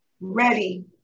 ready